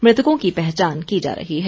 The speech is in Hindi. मृतकों की पहचान की जा रही है